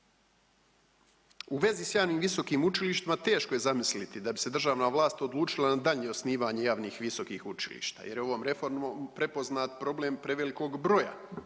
U vezi sa javnim visokim učilištima teško je zamisliti da bi se državna vlast odlučila na danje osnivanje javnih visokih učilišta, jer je ovom reformom prepoznat problem prevelikog broja